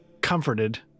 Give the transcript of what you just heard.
comforted